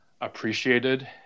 appreciated